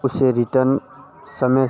उसे रिटर्न समय से